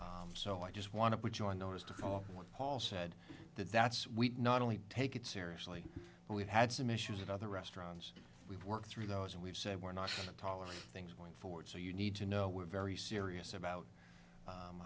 of so i just want to join us to call what paul said that that's we not only take it seriously and we've had some issues with other restaurants we've worked through those and we've said we're not tolerate things going forward so you need to know we're very serious about